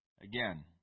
Again